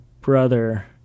brother